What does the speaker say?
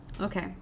Okay